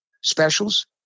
Specials